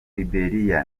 liberia